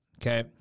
Okay